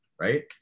right